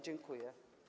Dziękuję.